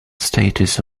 status